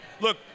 look